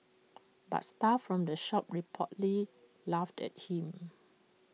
but staff from the shop reportedly laughed at him